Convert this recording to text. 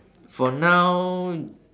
for now